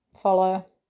follow